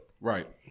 right